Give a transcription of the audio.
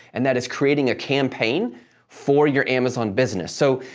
and that is creating a campaign for your amazon business. so,